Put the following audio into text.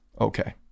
Okay